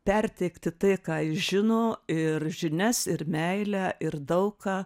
perteikti tai ką jis žino ir žinias ir meilę ir daug ką